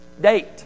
Date